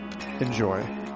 enjoy